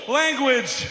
language